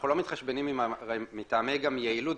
אנחנו לא מתחשבנים מטעמי יעילות,